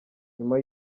nyuma